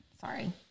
Sorry